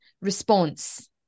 Response